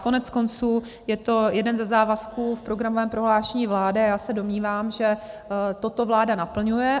Koneckonců je to jeden ze závazků v programovém prohlášení vlády a já se domnívám, že toto vláda naplňuje.